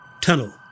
tunnel